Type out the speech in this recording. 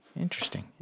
Interesting